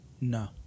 No